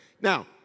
Now